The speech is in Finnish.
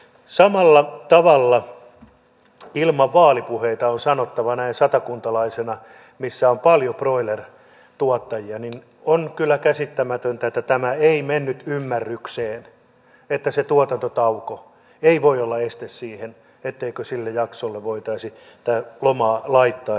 samalla tavalla ilman vaalipuheita on sanottava näin satakuntalaisena missä alueella on paljon broilertuottajia että on kyllä käsittämätöntä että tämä ei mennyt ymmärrykseen että se tuotantotauko ei voi olla este sille etteikö sille jaksolle voitaisi tätä lomaa laittaa